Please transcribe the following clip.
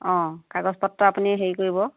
অঁ কাগজ পত্ৰ আপুনি হেৰি কৰিব